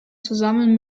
zusammen